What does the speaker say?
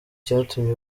cyatumye